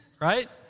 right